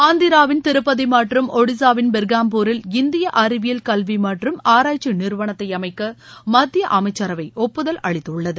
ஆந்திராவின் திருப்பதி மற்றும் ஒடிஷாவின் பெர்காம்பூரில் இந்திய அறிவியல் கல்வி மற்றும் ஆராய்ச்சி நிறுவனத்தை அமைக்க மத்திய அமைச்சரவை ஒப்புதல் அளித்துள்ளது